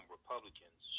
Republicans